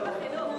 ביקורת המדינה.